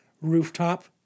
rooftop